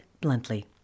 bluntly